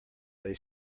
they